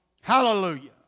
Hallelujah